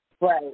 Right